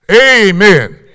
amen